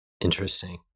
interesting